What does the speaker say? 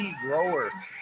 Grower